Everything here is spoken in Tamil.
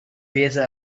பேச